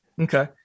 okay